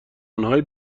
آنهایی